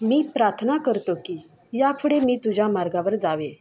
मी प्रार्थना करतो की या पुढे मी तुझ्या मार्गावर जावे